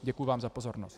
Děkuji vám za pozornost.